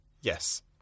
Yes